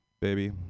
baby